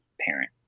parent